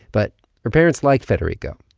but her parents liked federico.